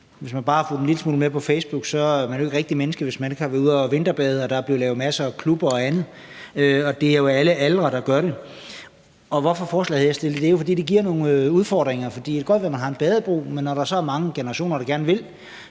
Hvis man bare har fulgt en lille smule med på Facebook, er man jo ikke et rigtigt menneske, hvis man ikke har været ude at vinterbade, og der er blevet lavet masser af klubber og andet, og det er jo folk i alle aldre, der gør det. Hvorfor er forslaget her fremsat? Det er det jo, fordi det giver nogle udfordringer. For det kan godt være, at man har en badebro, men når der så er mange generationer, der gerne vil